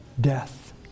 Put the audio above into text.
death